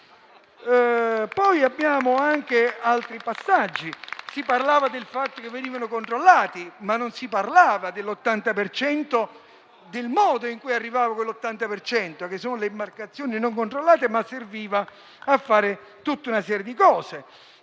Abbiamo poi anche altri passaggi: si parlava del fatto che venivano controllati, ma non del modo in cui arrivava quell'80 per cento, con le imbarcazioni non controllate; ciò però serviva a fare tutta una serie di cose.